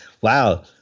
Wow